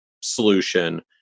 solution